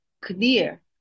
clear